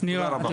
תודה רבה.